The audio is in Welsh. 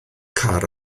car